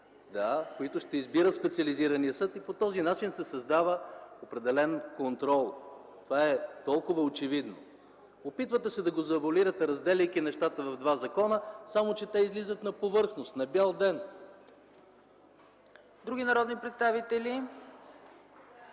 които ще избират специализирания съд. По този начин се създава определен контрол. Това е толкова очевидно. Опитвате се да го завоалирате, разделяйки нещата в два закона, само че те излизат на повърхност, на бял ден. ПРЕДСЕДАТЕЛ ЦЕЦКА ЦАЧЕВА: Други народни представители?